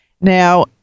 Now